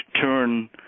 turn